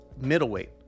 middleweight